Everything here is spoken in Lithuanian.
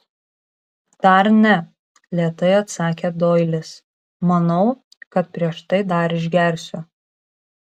dar ne lėtai atsakė doilis manau kad prieš tai dar išgersiu